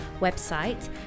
website